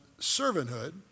servanthood